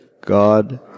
God